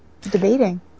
debating